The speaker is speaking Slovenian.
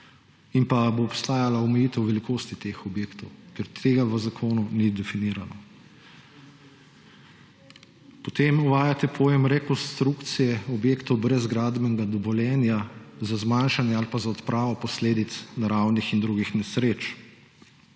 in ali bo obstajala omejitev velikosti teh objektov? To v zakonu ni definirano. Potem uvajate pojem rekonstrukcije objektov brez gradbenega dovoljenja za zmanjšanje ali pa za odpravo posledic naravnih in drugih nesreč